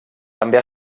també